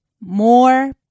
more